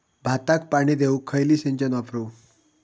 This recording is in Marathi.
भाताक पाणी देऊक खयली सिंचन वापरू?